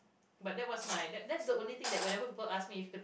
but that was my that that's the only thing that whenever people ask me if